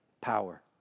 power